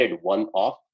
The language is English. one-off